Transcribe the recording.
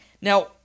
Now